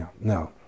no